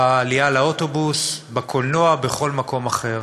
בעלייה לאוטובוס, בקולנוע, בכל מקום אחר.